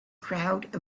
crowd